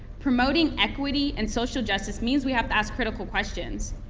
promoting equity and social justice means we have to ask critical questions.